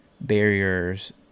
barriers